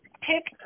pick